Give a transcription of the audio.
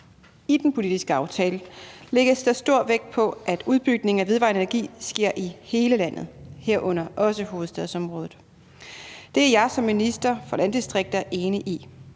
I den politiske aftale lægges der stor vægt på, at udbygningen af vedvarende energi sker i hele landet, herunder også hovedstadsområdet. Det er jeg som minister for landdistrikter enig i.